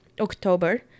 October